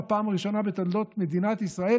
בפעם הראשונה בתולדות מדינת ישראל,